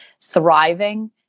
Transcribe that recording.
thriving